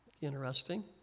interesting